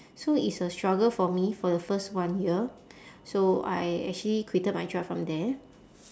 so it's a struggle for me for the first one year so I actually quitted my job from there